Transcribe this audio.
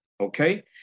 okay